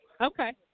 Okay